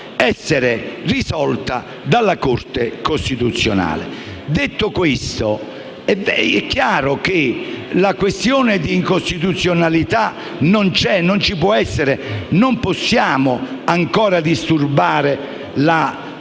essere risolta dalla Corte costituzionale. Detto ciò, è chiaro che la questione di incostituzionalità non c'è e non vi può essere, e non possiamo ancora disturbare la